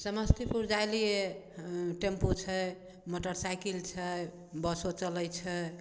समस्तीपुर जाय लिए टेम्पू छै मोटरसाइकिल छै बसो चलै छै